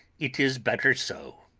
it is better so.